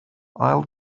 ail